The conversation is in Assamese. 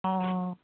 অঁ